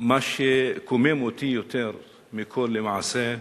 מה שקומם אותי יותר מכול הוא, למעשה,